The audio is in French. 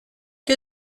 que